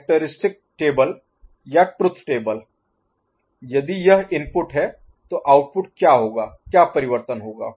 characteristic table या truth table यदि यह इनपुट है तो आउटपुट क्या होगा क्या परिवर्तन होगा